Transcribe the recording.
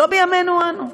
לא בימינו אנו.